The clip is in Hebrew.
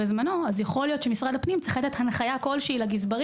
יכול להיות שמשרד הפנים צריך לתת הנחייה לגזברים